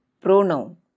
pronoun